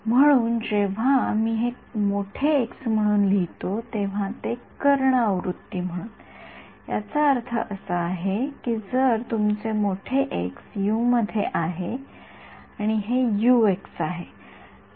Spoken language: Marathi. म्हणून जेव्हा मी हे मोठे एक्स म्हणून लिहितो तेव्हा ते कर्ण आवृत्ती म्हणून याचा अर्थ असा आहे तर हे तुमचे मोठे एक्स यू मध्ये आणि हे आहे